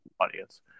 audience